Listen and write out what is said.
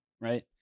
right